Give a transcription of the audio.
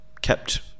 kept